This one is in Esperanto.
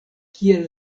kiel